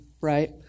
right